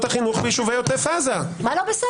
החינוך ביישובי עוטף עזה -- מה לא בסדר?